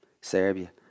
Serbia